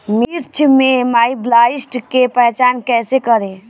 मिर्च मे माईटब्लाइट के पहचान कैसे करे?